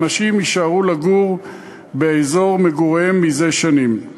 האנשים יישארו לגור באזור מגוריהם מזה שנים.